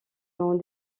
dans